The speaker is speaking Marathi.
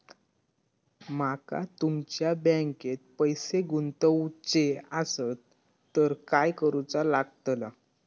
माका तुमच्या बँकेत पैसे गुंतवूचे आसत तर काय कारुचा लगतला?